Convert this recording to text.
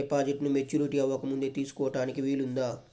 డిపాజిట్ను మెచ్యూరిటీ అవ్వకముందే తీసుకోటానికి వీలుందా?